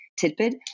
tidbit